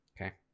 Okay